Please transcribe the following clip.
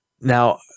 Now